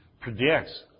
predicts